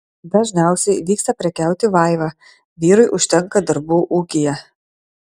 dažniausiai vyksta prekiauti vaiva vyrui užtenka darbų ūkyje